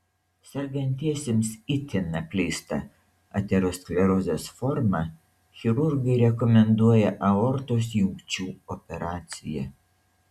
sergantiesiems itin apleista aterosklerozės forma chirurgai rekomenduoja aortos jungčių operaciją